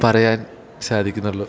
പറയാൻ സാധിക്കുന്നുള്ളു